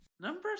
number